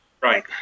Right